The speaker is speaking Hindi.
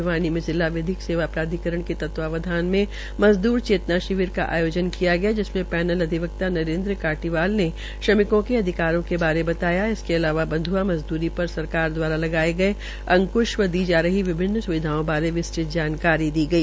भिवानी मे जिला विधिक प्राधिकरण के तत्वाधान में मजदूर चेतना शिविर का आयोजन किया गया जिसमे पैनल अधिवक्ता नरेन्द्र काटीवाल ने श्रमिकों के अधिकारों के बारे में बताया इसके अलावा बंध्आ मजदूरी पर सरकार द्वारा लगाये गये अक्ंश व दी जा रही विभिन्न स्विधाओं बारे विस्तृत जानकारी दी गई